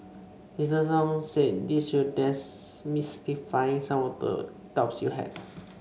Mister Tong said this will demystify some of the doubts you had